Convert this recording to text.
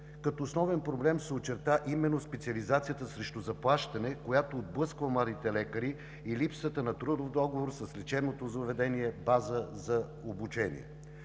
Като основен проблем се очерта именно специализацията срещу заплащане, която отблъсква младите лекари, и липсата на трудов договор с лечебното заведение – база за обучение.